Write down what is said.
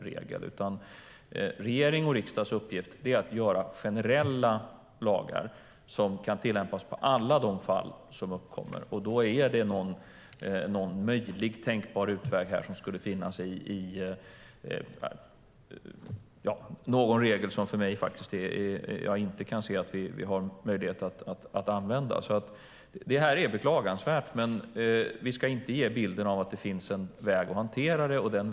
Regeringens och riksdagens uppgift är att stifta generella lagar som kan tillämpas på alla de fall som uppkommer. En tänkbar utväg skulle alltså finnas i någon regel som jag inte ser en möjlighet att använda. Detta är beklagansvärt, men vi ska inte skapa en bild av att det finns en väg att hantera frågan.